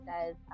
says